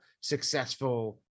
successful